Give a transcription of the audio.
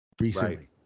recently